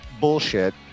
bullshit